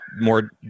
more